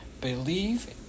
believe